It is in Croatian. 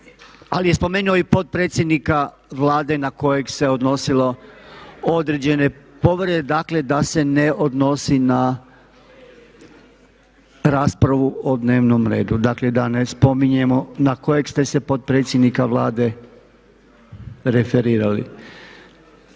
Ali je spomenuo i potpredsjednika Vlade na kojeg se odnosilo određene povrede, dakle da se ne odnosi na raspravu o dnevnom redu. Dakle da ne spominjemo na kojeg ste se potpredsjednika Vlade referirali.